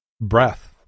breath